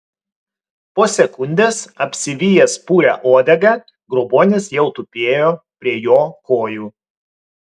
po sekundės apsivijęs puria uodega grobuonis jau tupėjo prie jo kojų